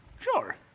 Sure